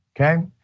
okay